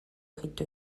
rite